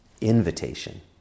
invitation